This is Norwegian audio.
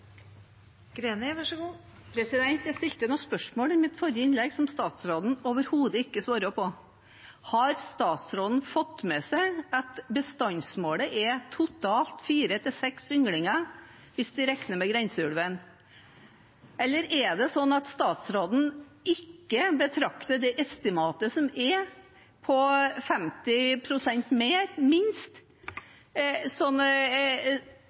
faktisk sier så tydelig at han følger opp et vedtak fattet i Stortinget, som han overhodet ikke følger opp. Jeg stilte noen spørsmål i mitt forrige innlegg som statsråden overhodet ikke svarte på. Har statsråden fått med seg at bestandsmålet er totalt fire–seks ynglinger hvis vi regner med grenseulven? Eller er det sånn at statsråden ikke betrakter det estimatet som er på minst